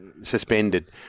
suspended